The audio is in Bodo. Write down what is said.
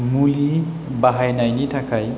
मुलि बाहायनायनि थाखाय